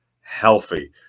healthy